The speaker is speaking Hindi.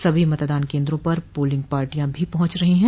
सभी मतदान केन्द्रों पर पोलिग पार्टियां पहुंच रहीं हैं